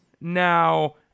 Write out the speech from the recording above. Now